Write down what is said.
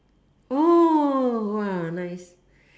nice